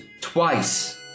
twice